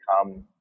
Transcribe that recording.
come